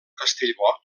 castellbò